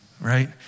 Right